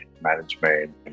management